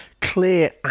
clear